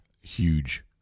huge